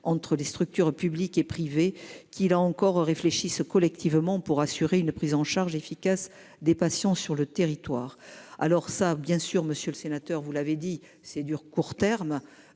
entre les structures publiques et privées qui là encore réfléchissent collectivement pour assurer une prise en charge efficace des patients sur le territoire. Alors ça, bien sûr, monsieur le sénateur, vous l'avez dit, c'est dur, court terme.